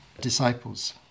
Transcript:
disciples